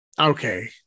Okay